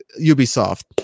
ubisoft